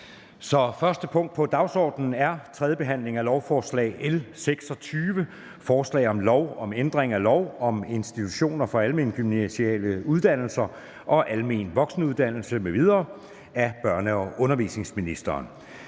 første punkt på dagsordenen er: 1) 3. behandling af lovforslag nr. L 26: Forslag til lov om ændring af lov om institutioner for almengymnasiale uddannelser og almen voksenuddannelse m.v. (Afstandszoner i skoleåret